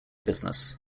business